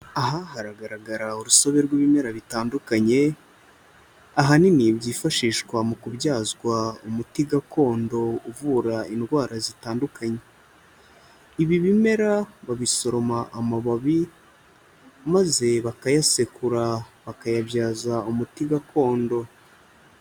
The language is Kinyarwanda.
Aha haragaragara urusobe rw'ibimera bitandukanye, ahanini byifashishwa mu kubyazwa umuti gakondo uvura indwara zitandukanye. Ibi bimera babisoroma amababi maze bakayasekura bakayabyaza umuti gakondo.